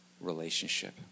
relationship